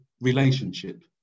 relationship